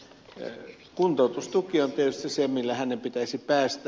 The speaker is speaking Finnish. kuntoutustuki on tietysti se mihin hänen pitäisi päästä